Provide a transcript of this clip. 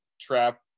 trap